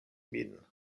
min